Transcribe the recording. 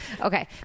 Okay